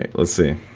let's see